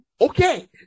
okay